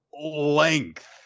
length